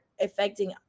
affecting